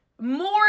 more